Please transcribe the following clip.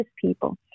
people